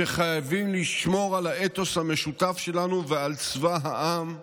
שחייבים לשמור על האתוס המשותף שלנו ועל צבא העם,